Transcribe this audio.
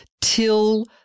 till